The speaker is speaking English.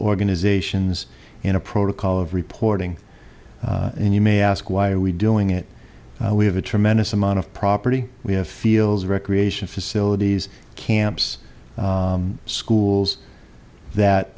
organizations in a protocol of reporting and you may ask why are we doing it we have a tremendous amount of property we have feels recreation facilities camps schools that